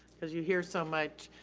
cause you hear so much,